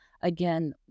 again